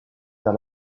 vers